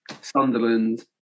Sunderland